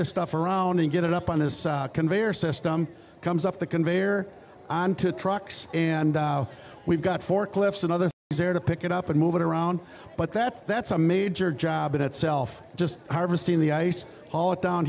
this stuff around and get it up on his conveyor system comes up the conveyor onto trucks and we've got forklifts another here to pick it up and move it around but that's that's a major job in itself just harvesting the ice haul it down